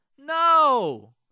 no